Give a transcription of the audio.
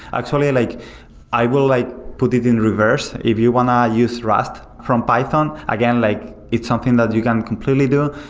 actually, like i will like put it in reverse. if you want to use rust from python, again like it's something that you can completely do,